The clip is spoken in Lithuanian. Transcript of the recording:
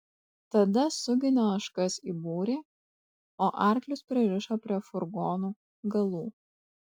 tada suginė ožkas į būrį o arklius pririšo prie furgonų galų